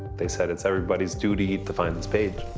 they said it's everybody's duty to find this page.